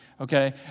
Okay